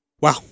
Wow